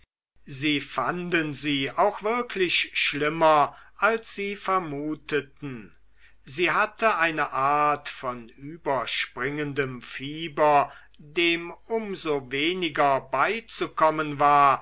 sie fanden sie auch wirklich schlimmer als sie vermuteten sie hatte eine art von überspringendem fieber dem um so weniger beizukommen war